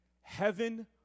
Heaven